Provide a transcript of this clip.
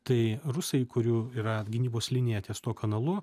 tai rusai kurių yra gynybos linija ties tuo kanalu